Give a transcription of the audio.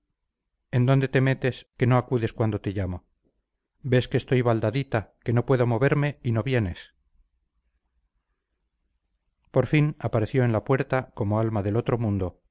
en dónde te metes que no acudes cuando te llamo ves que estoy baldadita que no puedo moverme y no vienes por fin apareció en la puerta como alma del otro mundo